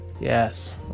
Yes